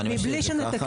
אם אני משאיר את זה ככה.